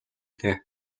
дээ